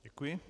Děkuji.